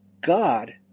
God